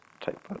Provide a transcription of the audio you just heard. type